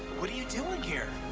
what are you doing here?